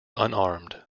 unarmed